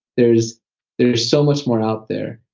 there's there's so much more out there,